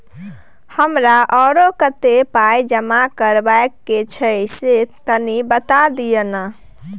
हमरा आरो कत्ते पाई जमा करबा के छै से तनी बता दिय न?